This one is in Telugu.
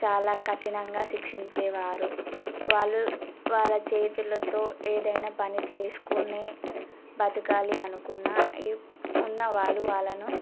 చాలా కఠినంగా శిక్షించేవారు వాళ్ళు వాళ్ళ చేతులతో ఏదైనా పని చేసుకునే బ్రతకాలి అనుకున్న ఉన్న వాళ్ళు వాళ్ళను